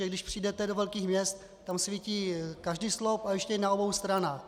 Když přijdete do velkých měst, tam svítí každý sloup a ještě na obou stranách.